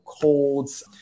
colds